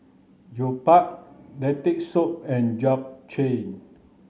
Jokbal Lentil soup and Japchae